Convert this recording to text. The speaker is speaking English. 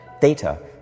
Theta